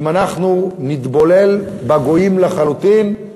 אם אנחנו נתבולל בגויים לחלוטין,